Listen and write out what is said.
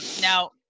Now